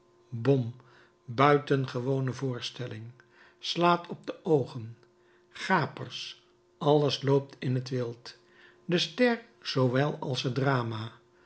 bom buitengewone voorstelling slaat op de oogen gapers alles loopt in t wild de ster zoowel als het drama